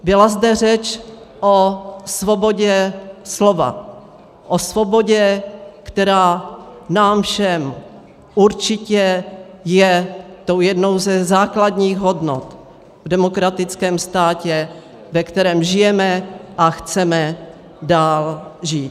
Byla zde řeč o svobodě slova, o svobodě, která nám všem určitě je tou jednou ze základních hodnot v demokratickém státě, ve kterém žijeme a chceme dále žít.